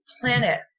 planet